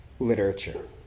Literature